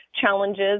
challenges